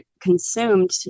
consumed